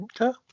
okay